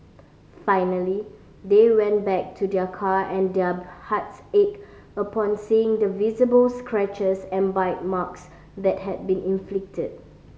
finally they went back to their car and their hearts ached upon seeing the visible scratches and bite marks that had been inflicted